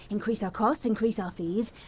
increase our costs, increase our fees,